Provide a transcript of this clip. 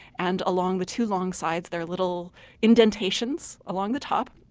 and along the two long sides there are little indentations along the top,